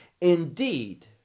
Indeed